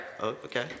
Okay